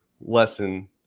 lesson